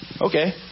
Okay